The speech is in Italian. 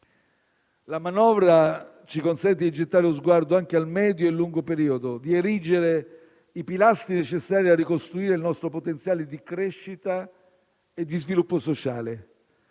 La manovra ci consente di gettare lo sguardo anche al medio e lungo periodo, di erigere i pilastri necessari a ricostruire il nostro potenziale di crescita e di sviluppo sociale.